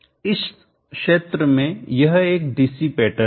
इस क्षेत्र में यह एक डिसिपेटर है